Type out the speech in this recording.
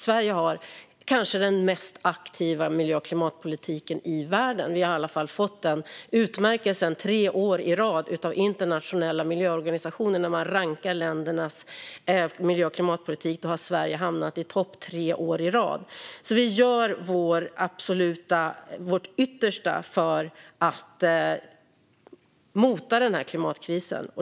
Sverige har kanske den mest aktiva miljö och klimatpolitiken i världen. Vi har i alla fall fått den utmärkelsen tre år i rad. När internationella miljöorganisationer rankar ländernas miljö och klimatpolitik har Sverige hamnat i topp tre år i rad. Vi gör alltså vårt yttersta för att mota denna klimatkris.